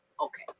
Okay